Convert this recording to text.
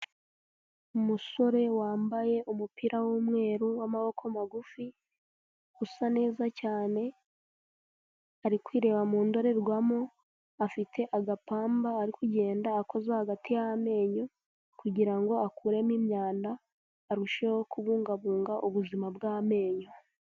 Umusore wambaye umupira w'umweru w'amaboko magufi, usa neza cyane ari kwireba mu ndorerwamo, afite agapamba ari kugenda akoza hagati y'amenyo kugira ngo akuremo imyanda arusheho kubungabunga ubuzima bw'amenyo.